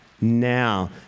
now